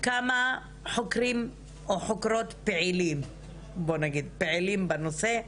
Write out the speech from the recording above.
כמה חוקרים או חוקרים פעילים בנושא יש,